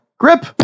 Grip